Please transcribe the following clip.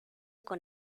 con